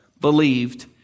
believed